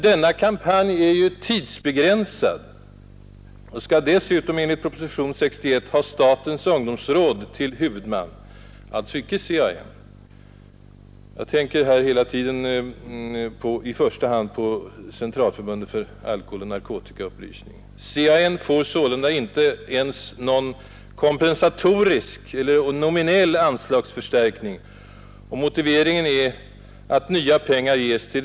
Denna kampanj är emellertid tidsbegränsad och skall dessutom, enligt propositionen 61, ha statens ungdomsråd till huvudman, alltså inte CAN — jag tänker här hela tiden i första hand på Centralförbundet för alkoholoch narkotikaupplysning. CAN får sålunda inte ens någon kompensatorisk eller nominell anslagsförstärkning. Motiveringen är att dessa ”nya” pengar anslås.